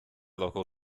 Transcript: local